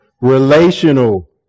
Relational